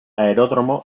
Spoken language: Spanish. aeródromo